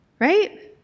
Right